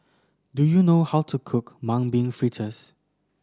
do you know how to cook Mung Bean Fritters